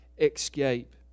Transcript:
escape